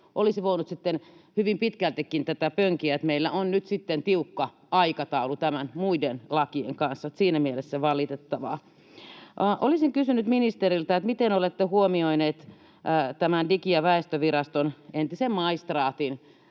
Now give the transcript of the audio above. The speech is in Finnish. olisi voinut sitten hyvin pitkältikin tätä pönkiä. Meillä on nyt sitten tiukka aikataulu muiden lakien kanssa, eli siinä mielessä valitettavaa. Olisin kysynyt ministeriltä: Miten olette huomioineet Digi- ja väestöviraston, entisen maistraatin,